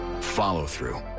Follow-through